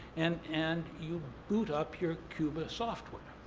and and you boot up your cuba software.